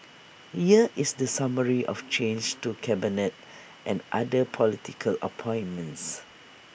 here is the summary of changes to cabinet and other political appointments